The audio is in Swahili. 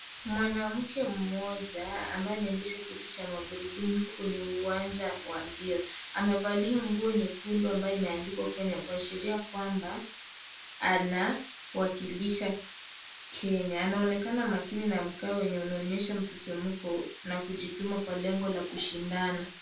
Mwanamke mmoja ambaye anaendesha kiti cha magurudumu yuko kwenye uwanja wa mbio amevalia nguo nyekundu ambao umeandikwa Kenya kuashiria kwamba anawakilisha Kenya, anaonekana makini na mkao wenye unaonyesha msisimko na kujituma kwa lengo la kushindana.